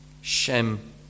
Shem